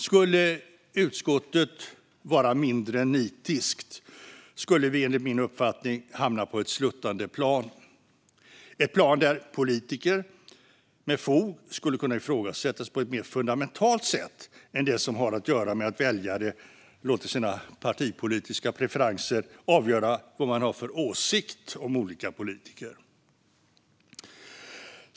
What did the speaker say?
Skulle utskottet vara mindre nitiskt skulle vi, enligt min uppfattning, hamna på ett sluttande plan, ett plan där politiker med fog skulle kunna ifrågasättas på ett mer fundamentalt sätt än det som har att göra med att väljare låter sina partipolitiska preferenser avgöra vad man har för åsikt om olika politiker.